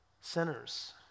sinners